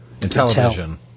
Television